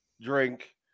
drink